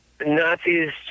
Nazis